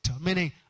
Meaning